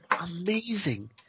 amazing